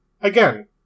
again